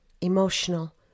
emotional